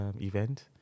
event